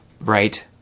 right